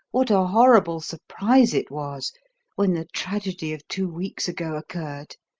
what a horrible surprise it was when the tragedy of two weeks ago occurred.